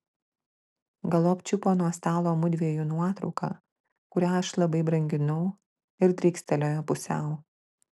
galop čiupo nuo stalo mudviejų nuotrauką kurią aš labai branginau ir drykstelėjo pusiau